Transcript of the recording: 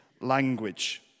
language